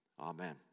Amen